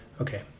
Okay